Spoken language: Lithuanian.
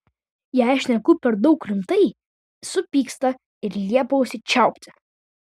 jei šneku per daug rimtai supyksta ir liepia užsičiaupti